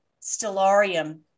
Stellarium